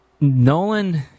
Nolan